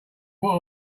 what